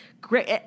great